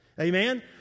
Amen